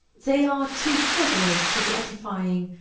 they are too frivolous to be edifying,